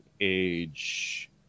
age